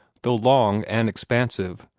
though long and expansive,